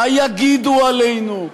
מה יגידו עלינו?